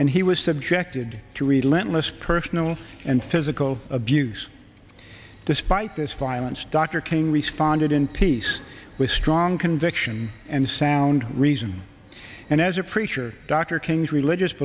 and he was subjected to we let less personal and physical abuse despite this violence dr king responded in peace with strong conviction and sound reason and as a preacher dr king's religious